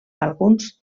alguns